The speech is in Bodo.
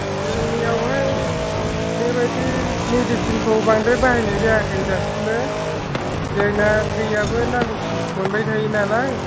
जोंनियावहाय बेबायदि मिडिसिनखौ बांद्राय बाहायनाय जायाखै दासिमबो जोंना दैयाबो नांगौ खिनिखौ मोनबाय थायो नालाय